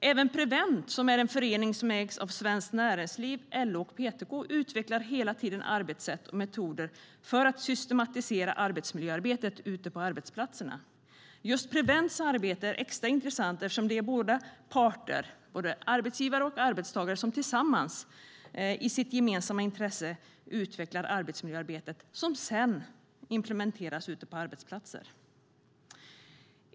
Även Prevent som är en förening som ägs av Svenskt Näringsliv, LO och PTK utvecklar hela tiden arbetssätt och metoder för att systematisera arbetsmiljöarbetet ute på arbetsplatserna. Just Prevents arbete är extra intressant eftersom det är båda parter, arbetsgivare och arbetstagare, som tillsammans i sitt gemensamma intresse utvecklar arbetsmiljöarbetet som sedan implementeras ute på arbetsplatserna.